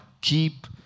keep